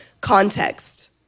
context